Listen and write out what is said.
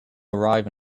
arrive